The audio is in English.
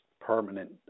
permanent